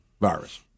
virus